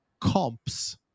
comps